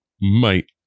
mate